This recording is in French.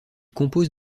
compose